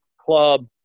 Club